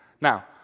Now